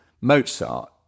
Mozart